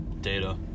Data